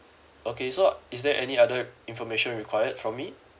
okay so is there any other information required from me